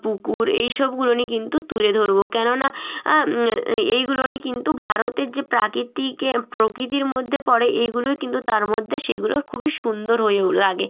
পুকুর এই সবগুলো নিয়ে কিন্তু তুলে ধরব কেননা এইগুলো নিয়ে কিন্তু ভারতের যে প্রকৃতিকে প্রকৃতির মধ্যে পড়ে এইগুলো কিন্তু তার মধ্যে সেগুলোর খুবই সুন্দর হয়ে লাগে